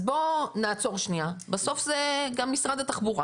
אז בוא נעצור שניה, בסוף זה גם משרד התחבורה.